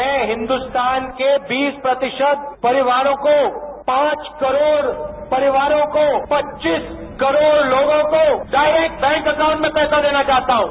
मैं हिन्दुस्तान के बीस प्रतिशत परिवारों को पांच करोड़ परिवारों को पच्चीस करोड़ लोगों को डायरेक्ट बैंक एकाउंट में पैसा देना चाहता हूं